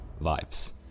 vibes